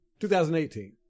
2018